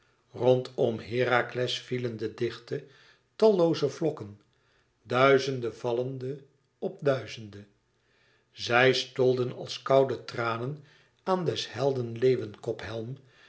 rondom herakles vielen de dichte tallooze vlokken duizende vallende op duizende zij stolden als koude tranen aan des helden leeuwenkophelm